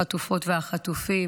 החטופות והחטופים,